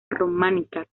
románica